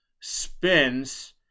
spins